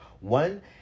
One